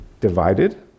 divided